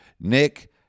Nick